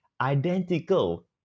identical